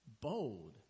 bold